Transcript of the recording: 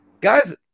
Guys